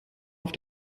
auf